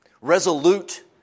Resolute